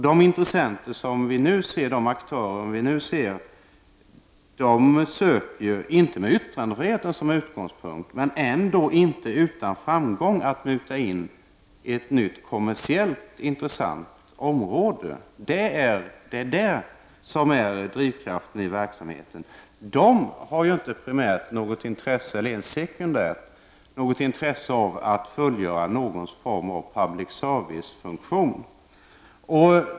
Vi ser ju nu hur intressenter och aktörer söker — inte med yttrandefriheten som utgångspunkt, men ändå inte utan framgång — muta in ett nytt kommersiellt intressant område. Det är detta kommersiella intresse som är drivkraften i verksamheten. De har ju inte primärt, eller ens sekundärt, något intresse av att fullgöra någon form av public service-funktion.